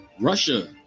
Russia